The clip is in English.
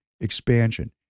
expansion